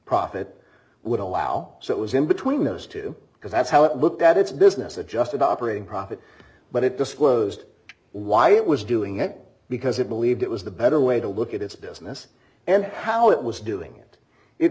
profit would allow so it was in between those two because that's how it looked at its business adjusted operating profit but it disclosed why it was doing it because it believed it was the better way to look at its business and how it was doing it it